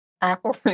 Apple